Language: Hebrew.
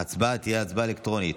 ההצבעה תהיה הצבעה אלקטרונית.